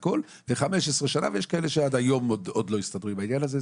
15 שנה ויש כאלה שעד היום עוד לא הסתדרו עם העניין הזה.